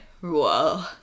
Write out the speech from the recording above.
Whoa